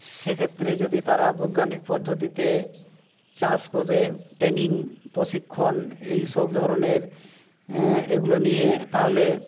সেক্ষেত্রে যদি তারা বৈজ্ঞানিক পদ্ধতিতে চাষ করে ট্রেনিং প্রশিক্ষণ এই সব ধরণের এগুলো নিয়ে তাহলে